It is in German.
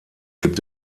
gibt